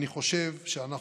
אני חושב שגם